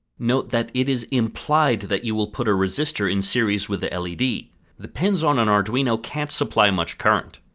note that it is implied that you will put a resistor in series with the led! the pins on an arduino cannot supply much current.